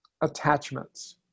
attachments